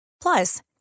Plus